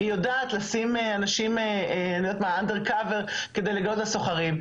היא יודעת לשים אנשים סמויים כדי לגלות על סוחרים.